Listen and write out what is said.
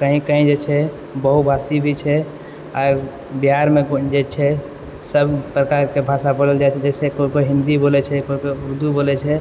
कहीं कहीं जे छै बहुभाषी भी छै आइ बिहारमे गूँजे छै सब प्रकारके भाषा बोलल जाइछै जाहिसँ कोइ कोइ हिन्दी बोलै छै कोइ कोइ उर्दू बोलै छै